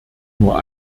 nur